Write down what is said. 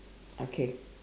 okay